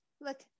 Look